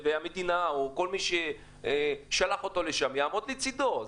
והמדינה או כל מי ששלח אותם לשם יעמוד לצדו.